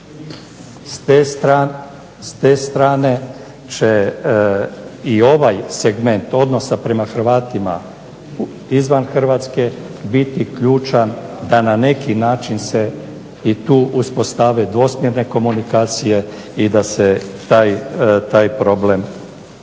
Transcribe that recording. S te strane će i ovaj segment odnosa prema Hrvatima izvan Hrvatske biti ključan da na neki način se i tu uspostave dvosmjerne komunikacije i da se taj problem ublaži.